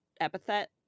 epithet